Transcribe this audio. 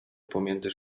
pomiędzy